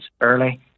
early